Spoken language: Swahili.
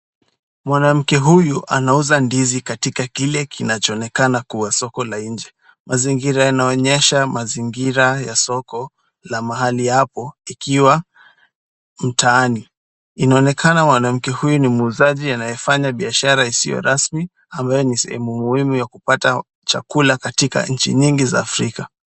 Mwanamke huyu anauza ndizi katika kile kinachoonekana kuwa soko la nje. Mazingira yanaonyesha mazingira ya soko la mahali hapo ikiwa mtaani. Inaonekana mwanamke huyu ni muuzaji, anayefanya biashara isiyo rasmi, ambayo ni sehemu muhimu ya kupata chakula katika nchi nyingi za Afrika.